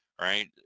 right